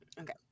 okay